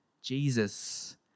Jesus